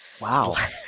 Wow